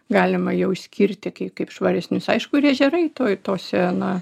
galima jau išskirti kai kaip švaresnius aišku ir ežerai toj tose na